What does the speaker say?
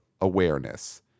awareness